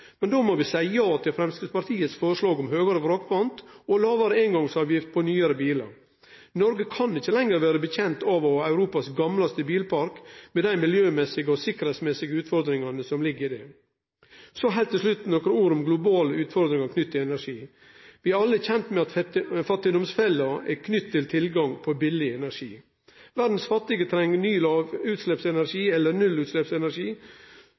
Men då må vi seie ja til Framstegspartiets forslag om høgare vrakpant og lågare eingongsavgift på nyare bilar. Noreg kan ikkje lenger vedkjenne seg å ha Europas eldste bilpark med dei miljømessige og sikkerheitsmessige utfordringar som ligg i det. Så heilt til slutt nokre ord om globale utfordringar knytte til energi. Vi er alle kjende med at fattigdomsfella er knytt til tilgang på billig energi. Verdas fattige treng ny lågutsleppsenergi eller nullutsleppsenergi